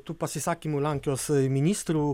tų pasisakymų lenkijos ministrų